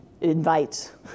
invites